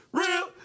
real